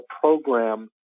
program